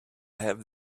have